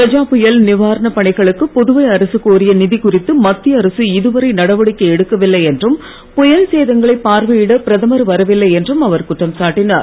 கஜா புயல் நிவாரண பணிகளுக்கு புதுவை அரசு கோரிய நிதி குறித்து மத்திய அரசு இதுவரை நடவடிக்கை எடுக்கவில்லை என்றும் புயல் சேதங்களை பார்வையிட பிரதமர் வரவில்லை என்றும் அவர் குற்றம் சாட்டினார்